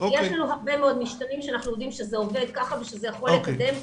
יש לנו הרבה מאוד משתנים שאנחנו יודעים שזה עובד כך ושזה יכול לקדם.